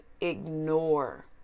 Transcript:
ignore